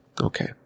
Okay